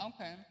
Okay